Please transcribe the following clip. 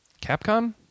Capcom